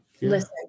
Listen